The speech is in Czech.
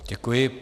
Děkuji.